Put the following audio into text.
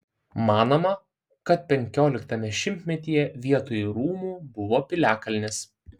manoma kad penkioliktame šimtmetyje vietoj rūmų buvo piliakalnis